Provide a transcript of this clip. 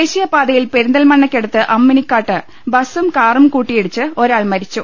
ദേശീയപാതയിൽ പെരിന്തൽമണ്ണ്ക്കടുത്ത് അമ്മിനിക്കാട്ട് ബസും കാറും കൂട്ടിയിടിച്ച് ഒരാൾ മരിച്ചു